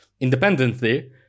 independently